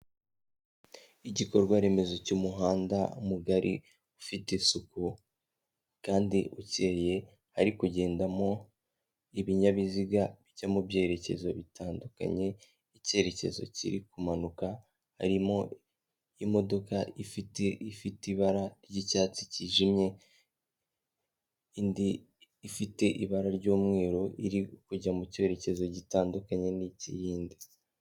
Igikorwa remezo cy'umuhanda mugari ufite isuku kandi ukeye, hari kugendamo ibinyabiziga bijya mu byerekezo bitandukanye, icyerekezo kiri kumanuka harimo imodoka ifite ifite ibara ry'icyatsi cyijimye, indi ifite ibara ry'umweru iri kujya mu cyerekezo gitandukanye n'ik'iyindi.